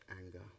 anger